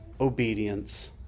obedience